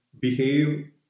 behave